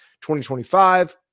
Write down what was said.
2025